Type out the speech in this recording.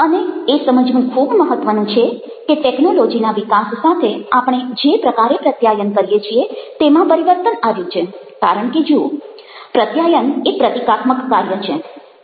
અને એ સમજવું ખૂબ મહત્ત્વનું છે કે ટેકનોલોજિના વિકાસ સાથે આપણે જે પ્રકારે પ્રત્યાયન કરીએ છીએ તેમાં પરિવર્તન આવ્યું છે કારણ કે જુઓ પ્રત્યાયન એ પ્રતીકાત્મક કાર્ય છે